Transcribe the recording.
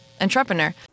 entrepreneur